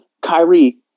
Kyrie